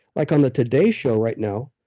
like on the today show right now,